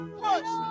push